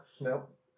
Nope